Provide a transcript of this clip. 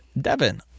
Devin